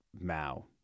Mao